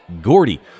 Gordy